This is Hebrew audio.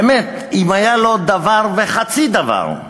באמת, אם היה לו דבר וחצי דבר עם